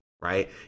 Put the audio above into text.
right